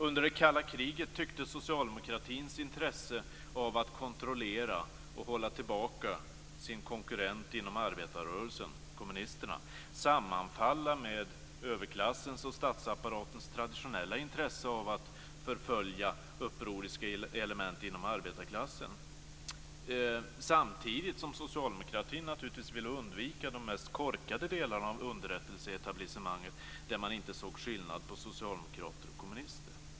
Under det kalla kriget tycktes socialdemokratins intresse av att kontrollera och hålla tillbaka sin konkurrent inom arbetarrörelsen, kommunisterna, sammanfalla med överklassens och statsapparatens traditionella intresse av att förfölja upproriska element inom arbetarklassen, samtidigt som socialdemokratin naturligtvis ville undvika de mest korkade delarna av underrättelseetablissemanget där man inte såg skillnad på socialdemokrater och kommunister.